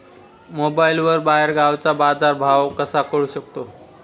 मोबाईलवर बाहेरगावचा बाजारभाव कसा कळू शकतो?